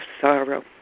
sorrow